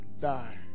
die